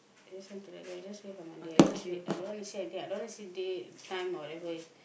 I just want to let go I just wait for Monday I just wait I don't want to see anything I don't want to see date time or whatever